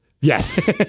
Yes